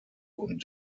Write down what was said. und